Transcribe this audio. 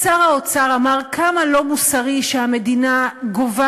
שר האוצר אמר כמה לא מוסרי שהמדינה גובה